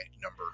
number